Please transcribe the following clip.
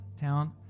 town